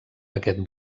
aquest